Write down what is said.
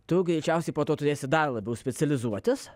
tu greičiausiai po to turėsi dar labiau specializuotis